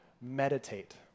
Meditate